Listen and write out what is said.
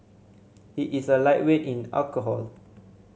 he is a lightweight in alcohol